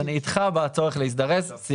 תודה.